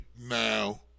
now